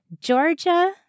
Georgia